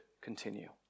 continue